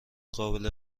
قابل